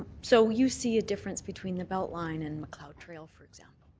so you see a difference between the beltline and macleod trail, for example.